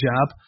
job